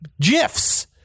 GIFs